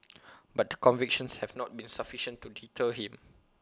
but the convictions have not been sufficient to deter him